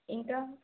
ఇంకా